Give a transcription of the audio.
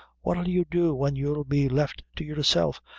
what'll you do when you'll be left to yourself,